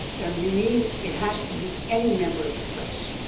then we mean it has to be any member of the press,